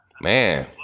Man